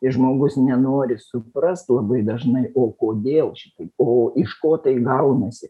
ir žmogus nenori suprast labai dažnai o kodėl čia taip o iš ko tai gaunasi